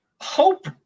hope